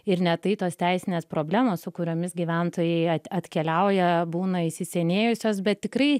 ir ne tai tos teisinės problemos su kuriomis gyventojai atkeliauja būna įsisenėjusios bet tikrai